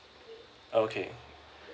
okay